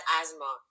asthma